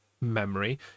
memory